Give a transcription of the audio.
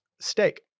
steak